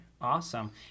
Awesome